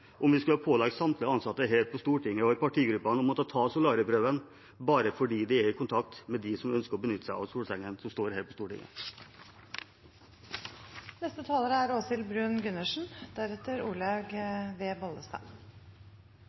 om vi skulle pålegge samtlige ansatte her på Stortinget og i partigruppene å ta solariumprøven bare fordi de er i kontakt med dem som ønsker å benytte seg av solsengene som står her på